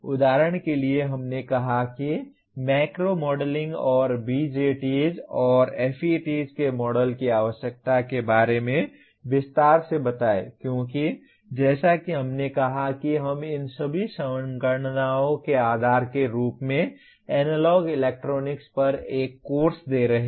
उदाहरण के लिए हमने कहा कि मैक्रो मॉडलिंग और BJTs और FETs के मॉडल की आवश्यकता के बारे में विस्तार से बताएं क्योंकि जैसा कि हमने कहा कि हम इन सभी संगणनाओं के आधार के रूप में एनालॉग इलेक्ट्रॉनिक्स पर एक कोर्स दे रहे हैं